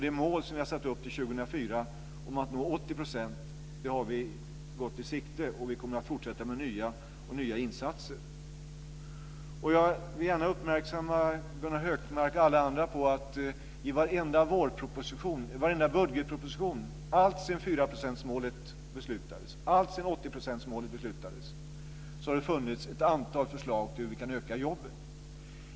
Det mål som vi har satt upp till 2004 om att nå 80 % har vi i gott sikte, och vi kommer att fortsätta med nya insatser. Jag vill gärna uppmärksamma Gunnar Hökmark och alla andra på att i varenda budgetproposition, alltsedan 4-procentsmålet och 80-procentsmålet beslutades, har det funnits ett antal förslag till hur vi kan öka jobben.